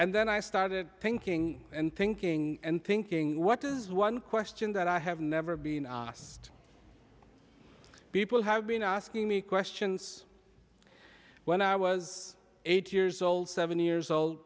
and then i started thinking and thinking and thinking what is one question that i have never been asked people have been asking me questions when i was eight years old seven years old